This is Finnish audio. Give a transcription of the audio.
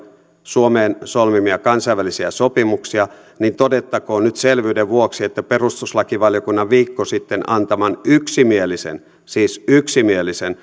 suomen solmimia kansainvälisiä sopimuksia niin todettakoon nyt selvyyden vuoksi että perustuslakivaliokunnan viikko sitten antaman yksimielisen siis yksimielisen